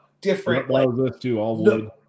different